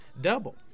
double